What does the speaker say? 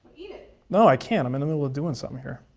eat it. no, i can't, i'm in the middle of doing something here.